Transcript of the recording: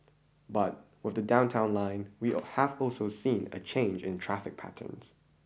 but with the Downtown Line we all have also seen a change in traffic patterns